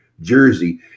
jersey